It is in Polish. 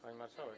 Pani Marszałek!